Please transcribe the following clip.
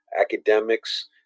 academics